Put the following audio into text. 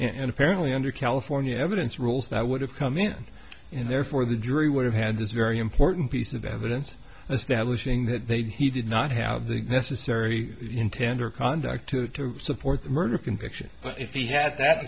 and apparently under california evidence rules that would have come in and therefore the jury would have had this very important piece of evidence as that whooshing that they did he did not have the necessary intent or conduct to support the murder conviction but if he had that